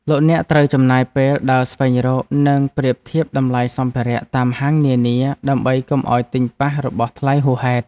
លោកអ្នកត្រូវចំណាយពេលដើរស្វែងរកនិងប្រៀបធៀបតម្លៃសម្ភារៈតាមហាងនានាដើម្បីកុំឱ្យទិញប៉ះរបស់ថ្លៃហួសហេតុ។